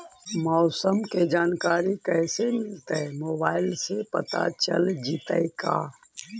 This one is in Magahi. मौसम के जानकारी कैसे मिलतै मोबाईल से पता चल जितै का?